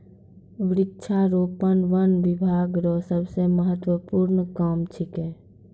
वृक्षारोपण वन बिभाग रो सबसे महत्वपूर्ण काम छिकै